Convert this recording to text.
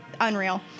unreal